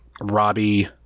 Robbie